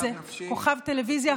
אני רצתי בפריימריז ונבחרתי בפריימריז,